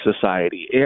society